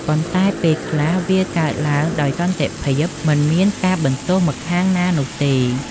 ប៉ុន្តែ ពេលខ្លះ វាកើតឡើងដោយសន្តិភាព មិនមានការបន្ទោសម្ខាងណានោះទេ។